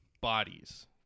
bodies